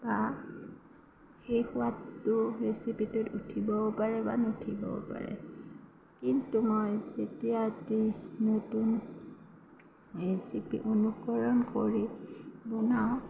বা সেই সোৱাদটো ৰেচিপিটোত উঠিবও পাৰে বা নুঠিবও পাৰে কিন্তু মই যেতিয়া এটি নতুন ৰেচিপি অনুকৰণ কৰি বনাওঁ